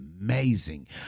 amazing